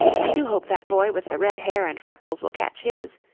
i do hope that boy with the red hair and freckles will catch his,